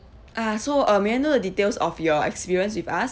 ah so uh may I know the details of your experience with us